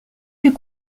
fut